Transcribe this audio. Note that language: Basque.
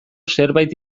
zerbait